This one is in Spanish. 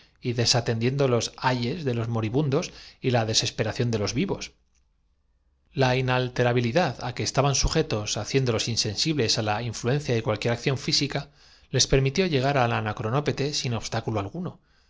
y desatendiendo los ayes de los moribundos y la des canastas maderos y cuantos utensilios pudieran ser esperación de los vivos virles para formar barricadas levantaban una colosal la inalterabilidad á que estaban sujetos haciéndolos alrededor del edificio en el que los anacronóbatas iban insensibles á la influencia de cualquiera acción física á ser sitiados por hambre les permitió llegar al anacronópete sin obstáculo al